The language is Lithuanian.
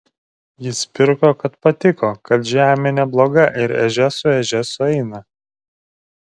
jis pirko kad patiko kad žemė nebloga ir ežia su ežia sueina